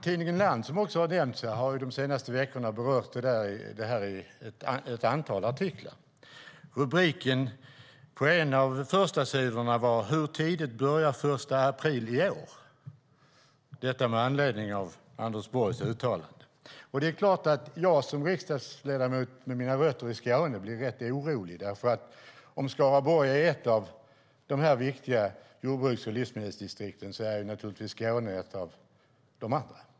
Tidningen Land, som har nämnts här, har de senaste veckorna berört detta i ett antal artiklar. Rubriken på en av förstasidorna var: Hur tidigt börjar första april i år? Detta var med anledning av Anders Borgs uttalande. Det är klart att jag som riksdagsledamot med mina rötter i Skåne blir rätt orolig. Om Skaraborg är ett av de viktiga jordbruks och livsmedelsdistrikten är naturligtvis Skåne ett av de andra.